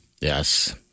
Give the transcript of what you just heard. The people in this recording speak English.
Yes